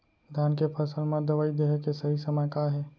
धान के फसल मा दवई देहे के सही समय का हे?